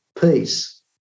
peace